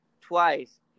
twice